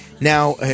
Now